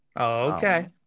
okay